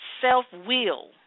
self-will